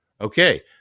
Okay